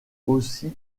aussi